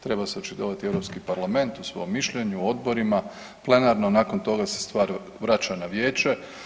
Treba se očitovati EU parlament u svom mišljenju, odborima, plenarno, nakon toga se stvar vraća na Vijeće.